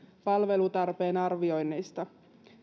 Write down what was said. palvelutarpeen arvioinneista